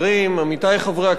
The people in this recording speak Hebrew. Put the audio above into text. עמיתי חברי הכנסת,